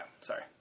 sorry